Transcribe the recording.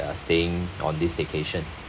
uh staying on this vacation